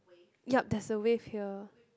ya that's a wave here